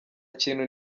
kintu